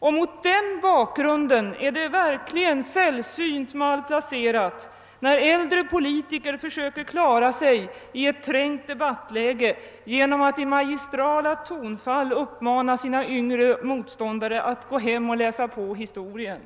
Mot den bakgrunden är det verkligen sällsynt malplacerat när äldre politiker i ett trängt debattläge försöker klara sig genom att i magistrala tongångar uppmana sina yngre motståndare att gå hem och läsa historia.